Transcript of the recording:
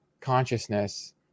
consciousness